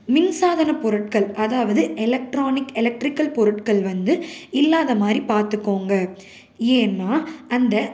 மின்சாதனப் பொருட்கள் அதாவது electronic electrical பொருட்கள் வந்து இல்லாத மாதிரி பார்த்துக்கோங்க ஏன்னா அந்த